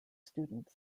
students